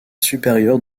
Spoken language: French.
supérieure